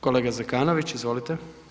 Kolega Zekanović izvolite.